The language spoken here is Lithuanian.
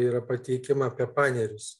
yra pateikiama apie panerius